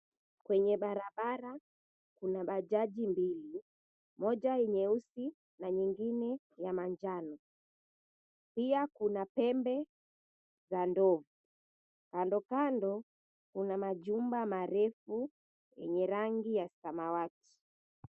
Kwenye barabara kuna bajaji mbili moja nyeusi na nyingine ya manjano pia kuna pembe za ndovu kandokando kuna majumba marefu yenye rangi ya samawati.